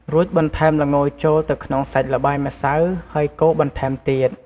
រួចបន្ថែុមល្ងចូលទៅក្នុងសាច់ល្បាយម្សៅ ហើយកូរបន្ថែមទៀត។